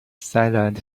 silent